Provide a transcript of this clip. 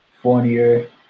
Fournier